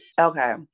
Okay